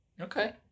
Okay